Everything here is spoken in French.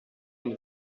une